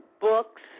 books